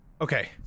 Okay